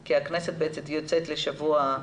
כי הכנסת יוצאת לשבוע,